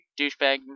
Douchebag